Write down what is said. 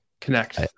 connect